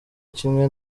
kimwe